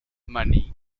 mani